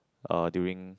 uh during